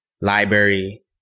library